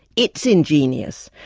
it's ingenious,